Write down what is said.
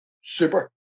super